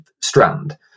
strand